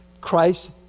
Christ